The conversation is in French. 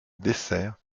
dessert